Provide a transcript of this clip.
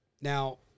Now